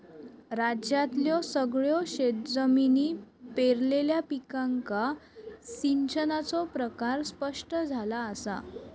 राज्यातल्यो सगळयो शेतजमिनी पेरलेल्या पिकांका सिंचनाचो प्रकार स्पष्ट झाला असा